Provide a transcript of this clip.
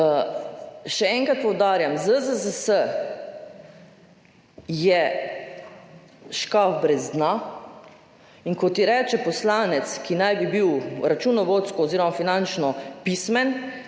Še enkrat poudarjam, ZZZS je škaf brez dna, in ko ti reče poslanec, ki naj bi bil računovodsko oziroma finančno pismen,